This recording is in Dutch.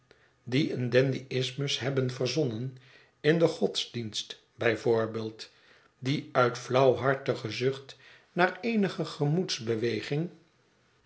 die een dandyïsmus hebben verzonnen in den godsdienst bij voorbeeld die uit flauwhartige zucht naar eenige